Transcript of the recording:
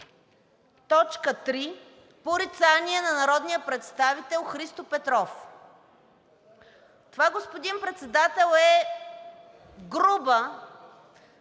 т. 3 порицание на народния представител Христо Петров. Това, господин Председател, е груба